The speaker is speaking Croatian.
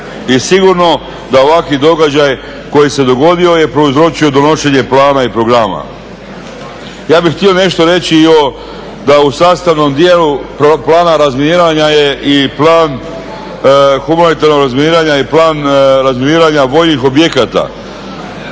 I sigurno da ovakav događaj koji se dogodio je prouzročio donošenje plana i programa. Ja bih htio nešto reći i o, da u sastavnom dijelu plana razminiranja je i plan, humanitarnog razminiranja, plan razminiranja vojnih objekata.